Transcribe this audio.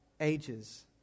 ages